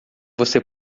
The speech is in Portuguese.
você